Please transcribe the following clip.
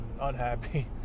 unhappy